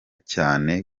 cyane